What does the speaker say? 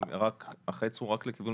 כמדיניות,